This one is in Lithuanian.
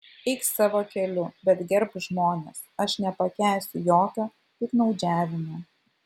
eik savo keliu bet gerbk žmones aš nepakęsiu jokio piktnaudžiavimo